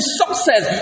success